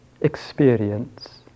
experience